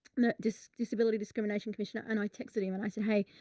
the disability discrimination commissioner. and i texted him and i said, hey,